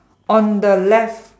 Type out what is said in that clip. on the left